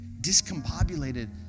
discombobulated